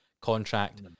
contract